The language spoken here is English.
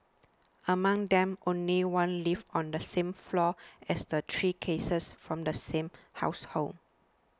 among them only one lived on the same floor as the three cases from the same household